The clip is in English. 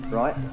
right